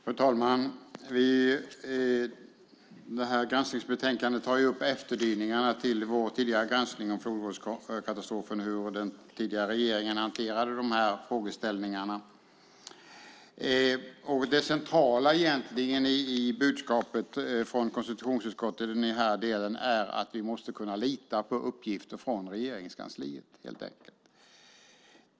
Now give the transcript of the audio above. Fru talman! Det här granskningsbetänkandet tar upp efterdyningarna av vår tidigare granskning av flodvågskatastrofen och hur den tidigare regeringen hanterade frågeställningarna. Det centrala i budskapet från konstitutionsutskottet i den här delen är att vi måste kunna lita på uppgifter från Regeringskansliet, helt enkelt.